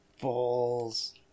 balls